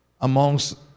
amongst